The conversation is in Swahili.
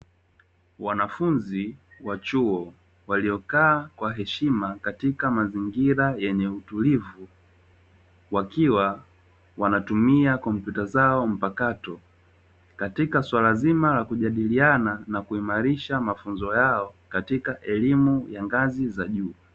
Wanafunzi wa chuo walio kaa kwa heshima katika mazingira yenye utulivu, wakiwa wanatumia kompyuta zao mpakato katika suala zima la kujadiliana na kuimarisha mafunzo yao katika elimu ya ngazi za juu.